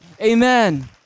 Amen